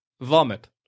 Vomit